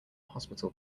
hospital